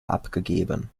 abgegeben